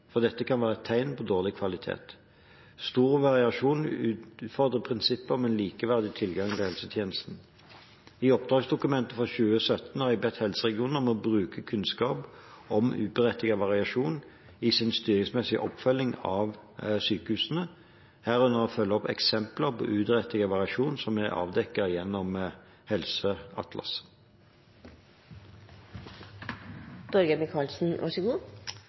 for dette kan være et tegn på dårlig kvalitet. Stor variasjon utfordrer prinsippet om likeverdig tilgang til helsetjenester. I oppdragsdokumentet for 2017 har jeg bedt helseregionene om å bruke kunnskap om uberettiget variasjon i sin styringsmessige oppfølging av sykehusene, herunder følge opp eksempler på uberettiget variasjon som er avdekket gjennom